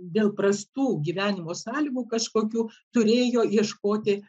dėl prastų gyvenimo sąlygų kažkokių turėjo ieškoti